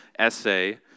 essay